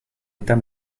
état